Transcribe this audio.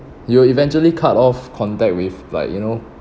you'll eventually cut off contact with like you know